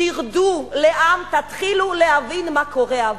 תרדו לעם, תתחילו להבין מה קורה.